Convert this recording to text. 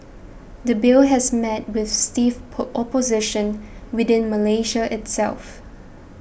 the Bill has met with stiff opposition within Malaysia itself